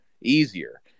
easier